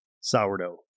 Sourdough